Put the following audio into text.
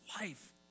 life